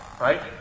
right